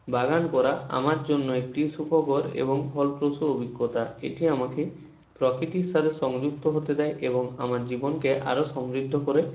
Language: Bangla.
বাগান করা আমার জন্য একটি সুখকর এবং ফলপ্রসূ অভিজ্ঞতা এটি আমাকে প্রকৃতির সাথে সংযুক্ত হতে দেয় এবং আমার জীবনকে আরও সমৃদ্ধ করে